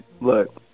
look